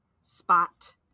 spot